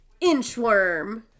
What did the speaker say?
Inchworm